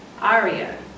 Aria